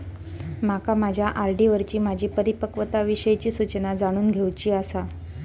माका माझ्या आर.डी वरची माझी परिपक्वता विषयची सूचना जाणून घेवुची आसा